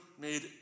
made